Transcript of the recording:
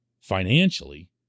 financially